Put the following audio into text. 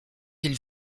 ils